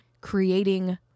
creating